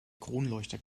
kronleuchter